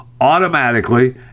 automatically